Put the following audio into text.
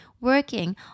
working